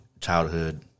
childhood